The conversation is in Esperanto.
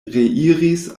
reiris